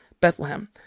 Bethlehem